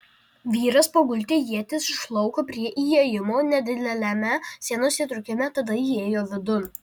vyras paguldė ietis iš lauko prie įėjimo nedideliame sienos įtrūkime tada įėjo vidun